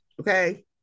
Okay